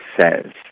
says